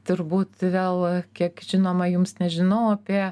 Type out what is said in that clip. turbūt vėl kiek žinoma jums nežinau apie